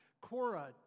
Cora